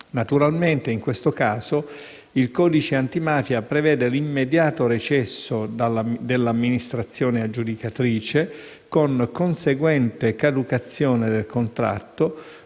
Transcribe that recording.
Naturalmente in questo caso il codice antimafia prevede l'immediato recesso dell'amministrazione aggiudicatrice, con conseguente caducazione del contratto,